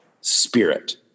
spirit